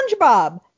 SpongeBob